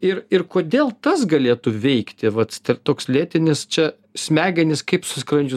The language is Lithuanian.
ir ir kodėl tas galėtų veikti vat toks lėtinis čia smegenys kaip su skrandžiu